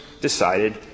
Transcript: decided